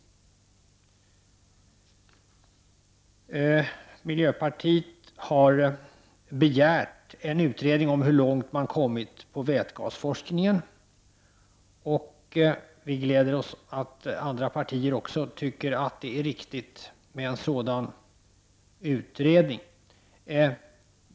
Miljöpartiet har begärt en utredning om hur långt man har kommit med vätgasforskningen. Vi gläder oss åt att andra partier också tycker att det är riktigt med en sådan utredning.